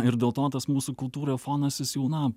ir dėl to tas mūsų kultūroj fonas jis jau na